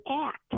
act